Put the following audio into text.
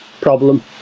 problem